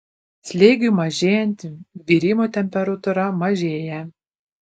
slėgiui mažėjant virimo temperatūra mažėja